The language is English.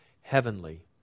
heavenly